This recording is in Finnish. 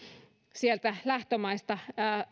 sieltä lähtömaista